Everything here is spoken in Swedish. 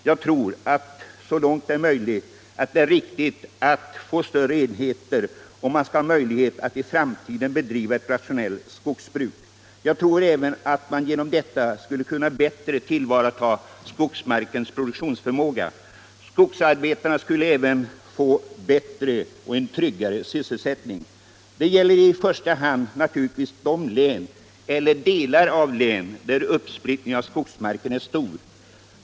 Jag tror att det är riktigt att, så långt det är möjligt, få större enheter om man skall ha möjlighet att i framtiden bedriva ett rationellt skogsbruk. Jag tror även att man genom detta skulle kunna bättre tillvarata skogsmarkens produktionsförmåga. Skogsarbetarna skulle även få en tryggare sysselsättning. Det gäller naturligtvis i första hand län eller delar av län där uppsplittringen av skogsmarken är stor.